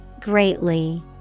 Greatly